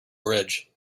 bridge